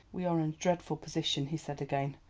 we are in a dreadful position, he said again.